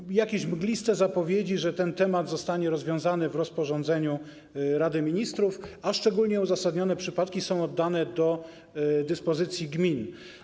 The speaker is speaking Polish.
Padły jakieś mgliste zapowiedzi, że ten temat zostanie rozwiązany w rozporządzeniu Rady Ministrów, a szczególnie uzasadnione przypadki będą oddane do dyspozycji gmin.